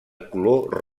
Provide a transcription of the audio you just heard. color